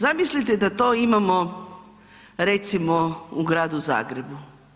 Zamislite da to imamo recimo u gradu Zagrebu.